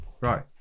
right